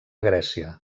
grècia